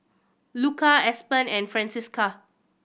Luka Aspen and Francisca